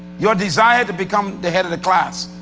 your desire to become the head of the class